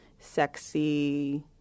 Sexy